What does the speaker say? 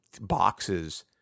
boxes